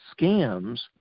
scams